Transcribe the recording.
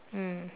mm